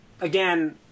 again